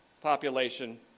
population